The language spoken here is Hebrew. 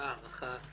ההערכה